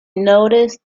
noticed